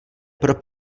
pro